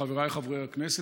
חבריי חברי הכנסת,